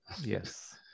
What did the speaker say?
Yes